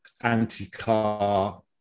anti-car